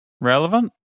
relevant